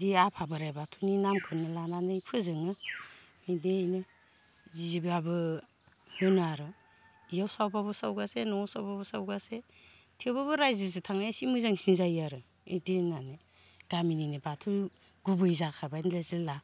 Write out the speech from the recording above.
बिदि आफा बोराइ बाथौनि नामखोनो लानानै फोजोङो बिदियैनो जिब्लाबो होनो आर' इयाव सावब्लाबो सावगासे न'आव सावब्लाबो सावगासे थेवब्लाबो रायजो थांनायसिम मोजां जायो आरो इदि होननानै गामिनिनो बाथौ गुबै जाखाबायजेला